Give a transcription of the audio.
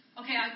okay